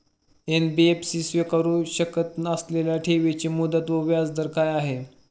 NBFC स्वीकारु शकत असलेल्या ठेवीची मुदत व व्याजदर काय आहे?